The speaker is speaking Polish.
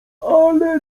ale